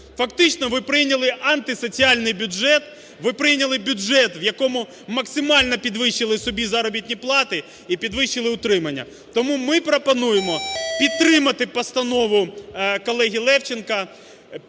Фактично ви прийняли антисоціальний бюджет. Ви прийняли бюджет в якому максимально підвищили собі заробітні плати і підвищили утримання. Тому ми пропонуємо підтримати постанову колеги Левченка,